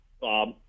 Bob